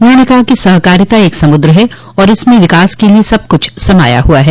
उन्होंने कहा कि सहकारिता एक समुद्र है और इसमें विकास के लिए सब कुछ समाया हुआ है